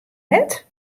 let